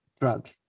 drug